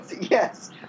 Yes